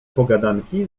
pogadanki